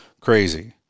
crazy